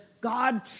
God